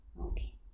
Okay